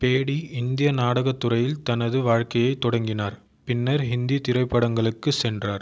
பேடி இந்திய நாடகத்துறையில் தனது வாழ்க்கையைத் தொடங்கினார் பின்னர் ஹிந்தி திரைப்படங்களுக்குச் சென்றார்